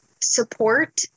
support